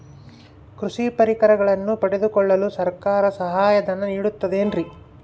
ಕೃಷಿ ಪರಿಕರಗಳನ್ನು ಪಡೆದುಕೊಳ್ಳಲು ಸರ್ಕಾರ ಸಹಾಯಧನ ನೇಡುತ್ತದೆ ಏನ್ರಿ?